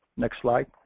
next slide.